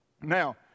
Now